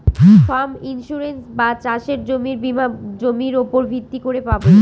farm insurance বা চাসের জমির বীমা জমির উপর ভিত্তি করে পাবে